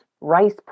rice